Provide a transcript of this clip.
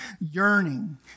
yearning